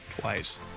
Twice